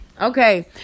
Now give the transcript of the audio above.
okay